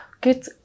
Good